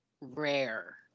rare